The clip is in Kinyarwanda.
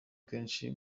benshi